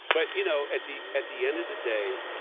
but you know at the at the end of the day,